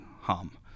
harm